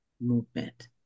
movement